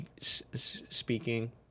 speaking